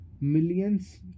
millions